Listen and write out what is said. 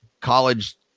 college